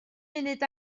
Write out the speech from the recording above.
munud